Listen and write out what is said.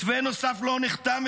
מתווה נוסף לא נחתם,